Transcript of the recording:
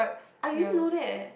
I didn't know that eh